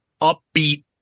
upbeat